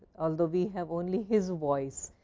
although we have only his voice?